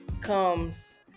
comes